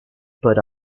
put